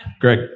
Greg